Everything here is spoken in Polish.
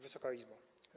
Wysoka Izbo!